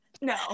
No